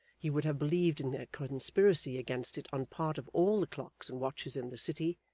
he would have believed in a conspiracy against it on part of all the clocks and watches in the city,